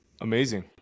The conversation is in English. Amazing